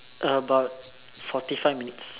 about forty five minutes